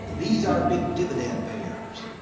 these are big dividend payers.